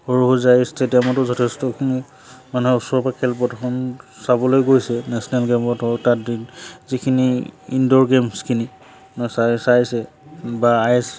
সৰুসজাই ষ্টেডিয়ামতো যথেষ্টখিনি মানুহে ওচৰৰ পৰা খেল প্ৰদৰ্শন চাবলৈ গৈছে নেশ্যনেল গেমত তাত যিখিনি ইনড'ৰ গেমছখিনি চাই চাইছে বা আই এছ